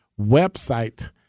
website